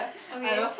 okay